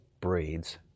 breeds